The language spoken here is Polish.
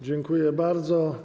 Dziękuję bardzo.